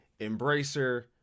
Embracer